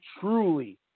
truly